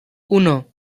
uno